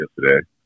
yesterday